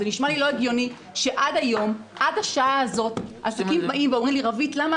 באים אליי אנשי עסקים ואומרים לי: למה